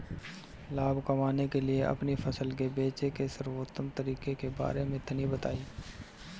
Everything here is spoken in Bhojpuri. लाभ कमाने के लिए अपनी फसल के बेचे के सर्वोत्तम तरीके के बारे में तनी बताई?